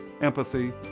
empathy